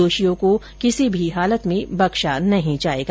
दोषियों को किसी भी हालत में बक्शा नहीं जाएगा